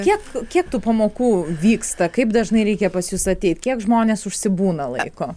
kiek kiek tų pamokų vyksta kaip dažnai reikia pas jus ateit kiek žmonės užsibūna laiko